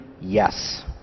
yes